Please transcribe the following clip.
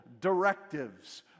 directives